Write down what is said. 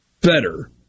better